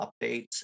updates